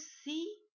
see